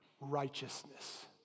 righteousness